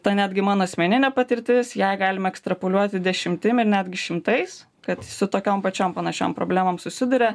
ta netgi mano asmeninė patirtis ją galima ekstrapoliuoti dešimtim ir netgi šimtais kad su tokiom pačiom panašiom problemom susiduria